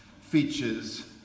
features